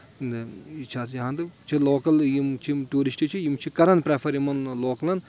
یہِ چھِ اَتھ یِہِ اَندٕ چھِ لوکَل یِم چھِ یِم ٹوٗرِسٹ چھِ یِم چھِ کران پریفر یِمَن لوکلَن